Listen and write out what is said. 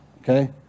okay